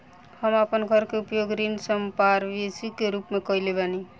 हम आपन घर के उपयोग ऋण संपार्श्विक के रूप में कइले बानी